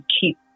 keep